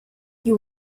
you